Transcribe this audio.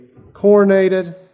coronated